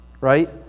right